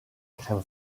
crème